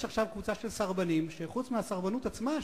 יש עכשיו קבוצה של סרבנים שחוץ מהסרבנות עצמה,